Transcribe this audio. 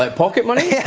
like pocket money. yeah